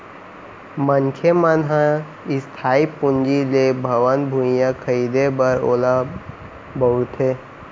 मनखे मन ह इस्थाई पूंजी ले भवन, भुइयाँ खरीदें बर ओला बउरथे